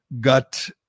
got